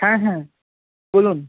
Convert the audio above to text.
হ্যাঁ হ্যাঁ বলুন